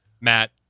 Matt